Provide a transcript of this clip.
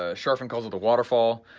ah charfen calls it the waterfall,